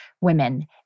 women